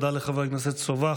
תודה לחבר הכנסת סובה.